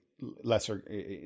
lesser